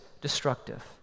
destructive